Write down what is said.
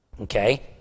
Okay